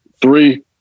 Three